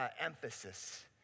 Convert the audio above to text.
emphasis